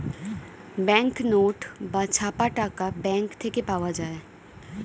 bank note বা ছাপা টাকা ব্যাঙ্ক থেকে পাওয়া যায়